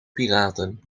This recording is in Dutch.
piraten